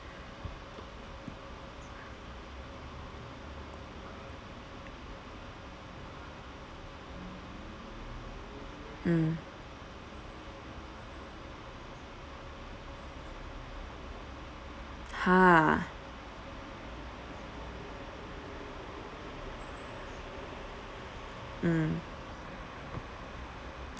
mm ha mm